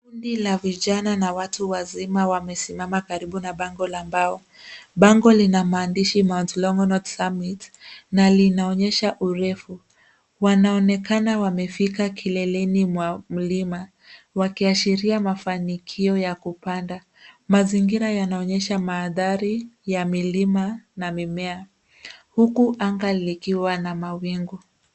Kundi la vijana na watu wazima wamesimama karibu na bango la mbao. Bango lina maandishi Mount Longonot Summit na linaonyesha urefu. Wanaonekana wamefika kileleni mwa mlima wakiashiria mafanikio ya kupanda. Mazingira yanaonyesha mandhari ya milima na mimea huku anga likiwa na mawingu.